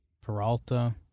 Peralta